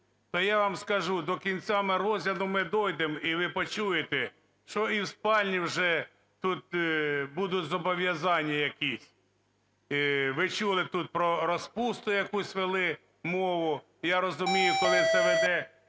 то я вам скажу, до кінця розгляду ми дійдемо, і ви почуєте, що і в спальні вже тут будуть зобов'язання якісь. Ви чули, тут про розпусту якусь вели мову. Я розумію, коли це веде